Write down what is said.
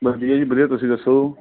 ਬਸ ਵੀਰਾ ਜੀ ਵਧੀਆ ਤੁਸੀਂ ਦੱਸੋ